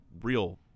real